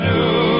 New